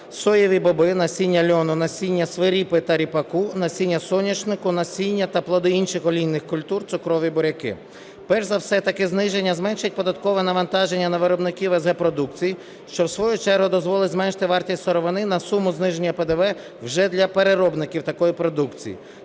соєві боби, насіння льону, насіння свиріпи та ріпаку, насіння соняшника, насіння та плоди інших олійних культур, цукрові буряки. Перш за все таке зниження зменшить податкове навантаження на виробників с/г продукції, що в свою чергу дозволить зменшити вартість сировини на суму зниження ПДВ вже для переробників такої продукції.